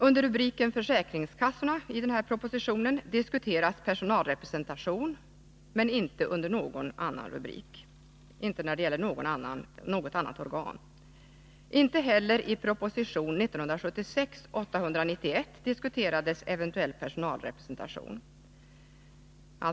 Under rubriken Försäkringskassorna i proposition 185 diskuteras personalrepresentation, men inte under någon annan rubrik, inte när det gäller något annat organ. Inte heller i SFS 1976:891, om länsstyrelserna, diskuterades eventuell personalrepresentation.